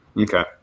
Okay